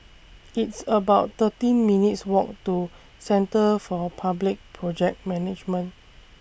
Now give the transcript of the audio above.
It's about thirteen minutes' Walk to Centre For Public Project Management